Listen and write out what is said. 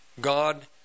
God